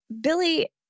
Billy